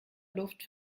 luft